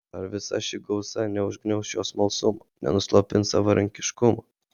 ar visa ši gausa neužgniauš jo smalsumo nenuslopins savarankiškumo